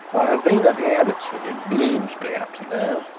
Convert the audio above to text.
i have been at the abbotsford, in bloomsbury, up to now,